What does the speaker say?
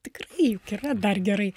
tikrai juk yra dar gerai